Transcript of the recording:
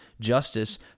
justice